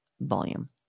volume